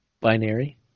Binary